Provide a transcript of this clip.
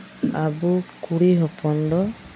ᱟᱵᱚ ᱠᱩᱲᱤ ᱦᱚᱯᱚᱱ ᱫᱚ